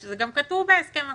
כשזה גם כתוב בהסכם הקואליציוני.